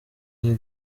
iyi